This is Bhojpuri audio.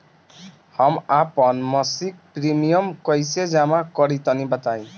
हम आपन मसिक प्रिमियम कइसे जमा करि तनि बताईं?